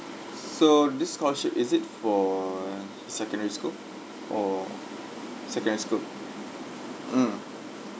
so this con sheet is it for a secondary school or secondary school mm